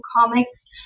comics